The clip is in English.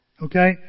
Okay